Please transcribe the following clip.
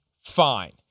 fine